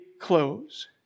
close